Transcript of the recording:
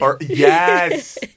Yes